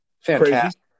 fantastic